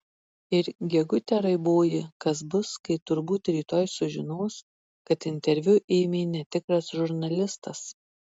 ir gegute raiboji kas bus kai turbūt rytoj sužinos kad interviu ėmė netikras žurnalistas